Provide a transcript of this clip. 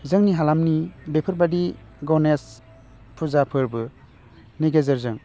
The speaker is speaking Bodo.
जोंनि हालामनि बेफोरबादि गनेश फुजा फोरबोनि गेजेरजों